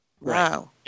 Wow